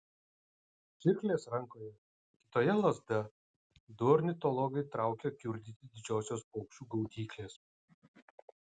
žirklės rankoje kitoje lazda du ornitologai traukia kiurdyti didžiosios paukščių gaudyklės